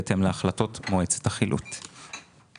בהתאם להחלטות מועצת החילוט.